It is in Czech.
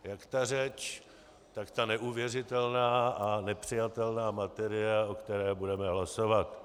Jak ta řeč, tak ta neuvěřitelná a nepřijatelná materie, o které budeme hlasovat.